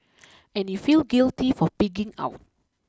and you feel guilty for pigging out